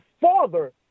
father